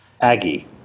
Aggie